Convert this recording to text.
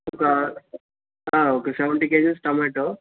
ఒక ఆ ఒక సెవెంటీ కేజీస్ టొమాటో